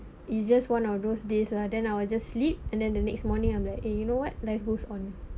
it's just one of those days lah then I will just sleep and then the next morning I'm like eh you know what life goes on